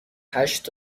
هشت